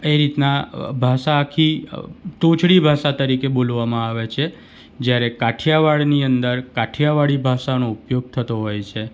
એ રીતના ભાષા આખી તોછડી ભાષા તરીકે બોલવામાં આવે છે જ્યારે કાઠિયાવાડની અંદર કાઠિયાવાડી ભાષાનો ઉપયોગ થતો હોય છે